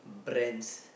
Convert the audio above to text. brands